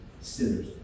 sinners